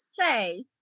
say